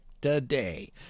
today